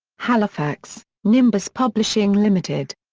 halifax nimbus publishing ltd.